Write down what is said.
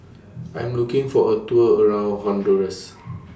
I Am looking For A Tour around Honduras